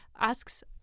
asks